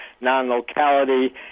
non-locality